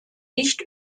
nicht